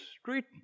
street